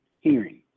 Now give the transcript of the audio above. hearing